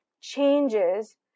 changes